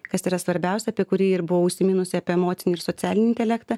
kas yra svarbiausia apie kurį ir buvau užsiminusi apie emocinį ir socialinį intelektą